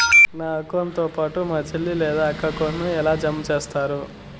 నా అకౌంట్ తో పాటు మా చెల్లి లేదా అక్క అకౌంట్ ను ఎలా జామ సేస్తారు?